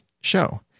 show